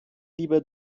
lieber